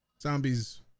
Zombies